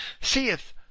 Seeth